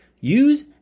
Use